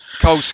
Cole